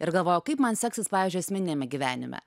ir galvoja o kaip man seksis pavyzdžiui asmeniniame gyvenime